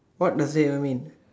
what does that even mean